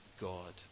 God